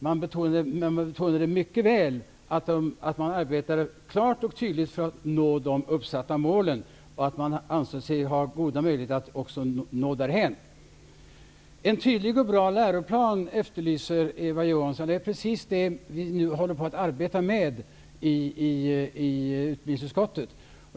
Man betonade mycket väl att man klart och tydligt arbetade för att nå de uppsatta målen och även ansåg sig ha goda möjligheter att nå därhän. Eva Johansson efterlyser en tydlig och bra läroplan. Det är just det som vi nu arbetar med i utbildningsutskottet.